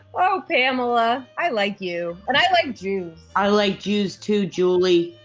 oh, pamela, i like you and i like jews. i like jews too, julie.